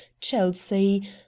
chelsea